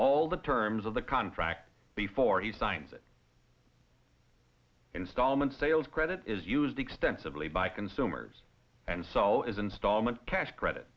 all the terms of the contract before he signs it installment sales credit is used extensively by consumers and so is installment cash credit